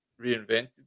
reinvented